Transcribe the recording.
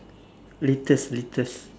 litters litters